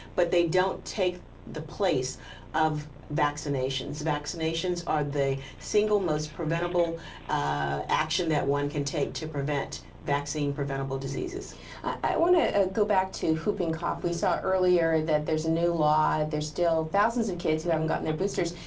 but they don't take the place of vaccinations. vaccinations are the single most preventable action that one can take to prevent vaccine preventable diseases i want to go back to whooping cough. we saw earlier that there's a new law there's still thousands of kids who haven't gotten their boosters.